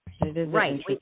Right